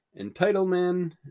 Entitlement